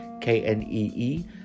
K-N-E-E